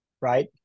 right